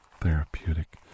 therapeutic